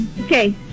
Okay